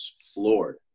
floored